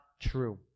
true